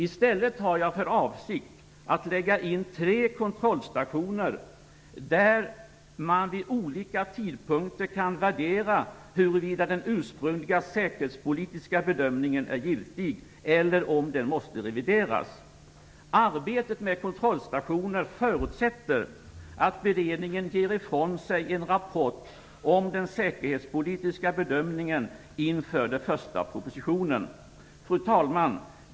I stället har jag för avsikt att lägga in tre kontrollstationer, där man vid olika tidpunkter kan värdera huruvida den ursprungliga säkerhetspolitiska bedömingen är giltig eller om den måste revideras. Arbetet med kontrollstationer förutsätter att beredningen ger ifrån sig en rapport om den säkerhetspolitiska bedömningen inför den första propositionen. Fru talman!